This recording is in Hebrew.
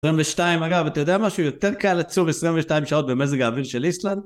22, אגב, אתה יודע משהו? יותר קל לצום 22 שעות במזג האוויר של איסלנד,